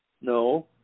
no